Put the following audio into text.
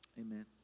amen